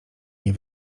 nie